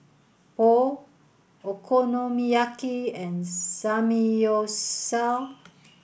Pho Okonomiyaki and Samgyeopsal